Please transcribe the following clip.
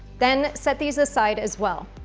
then set these aside as well.